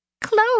Close